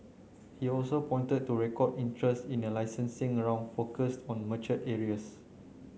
he also pointed to record interest in a licensing around focused on mature areas